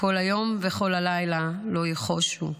כל היום וכל הלילה לא יחשו".